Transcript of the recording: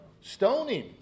Stoning